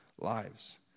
lives